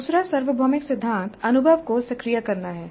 दूसरा सार्वभौमिक सिद्धांत अनुभव को सक्रिय करना है